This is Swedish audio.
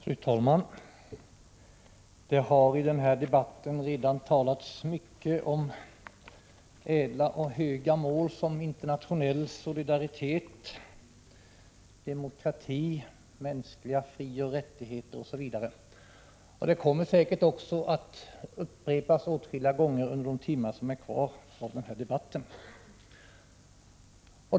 Fru talman! Det har i den här debatten redan talats mycket om ädla och höga mål som internationell solidaritet, demokrati, mänskliga frioch rättigheter osv., och det talet kommer säkert att upprepas åtskilliga gånger under de timmar som är kvar av debatten.